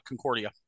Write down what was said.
Concordia